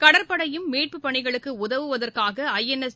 கடற்படையும் மீட்புப் பணிகளுக்கு உதவுவதற்காக ஐஎன்எஸ்